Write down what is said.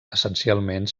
essencialment